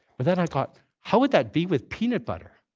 but then i thought, how would that be with peanut butter?